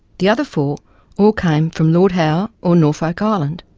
the other four all came from lord howe or norfolk island.